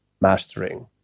mastering